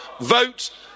Vote